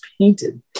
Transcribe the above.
painted